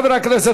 חברי הכנסת,